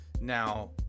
Now